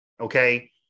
okay